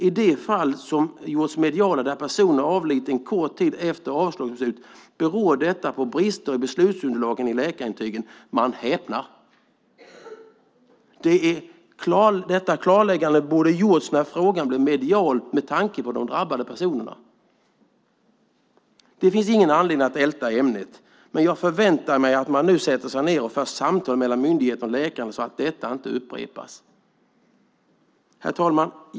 I de fall som gjorts mediala, där personer har avlidit en kort tid efter ett avslagsbeslut, beror bedömningen på brister i beslutsunderlaget i läkarintygen. Man häpnar! Detta klarläggande borde med tanke på de drabbade personerna ha gjorts när frågan blev medial. Det finns ingen anledning att älta ämnet, men jag förväntar mig att man nu sätter sig ned och för samtal mellan myndigheten och läkarna så att detta inte upprepas. Herr talman!